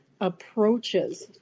approaches